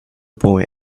boy